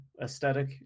aesthetic